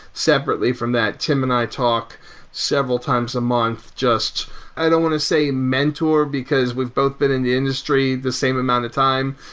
separately from that, tim and i talk several times a month just i don't want to say mentor, because we've both been in the industry the same amount of time,